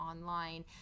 online